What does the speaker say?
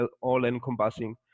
all-encompassing